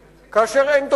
כאשר אי-אפשר לבנות בהיתר,